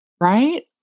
right